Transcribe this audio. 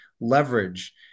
leverage